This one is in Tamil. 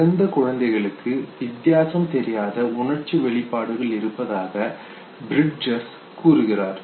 பிறந்த குழந்தைகளுக்கு வித்தியாசம் தெரியாத உணர்ச்சி வெளிப்பாடுகள் இருப்பதாக பிரிட்ஜெஸ் கூறுகிறார்